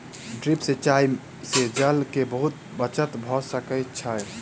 drip सिचाई से जल के बहुत बचत भ सकै छै